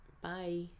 Bye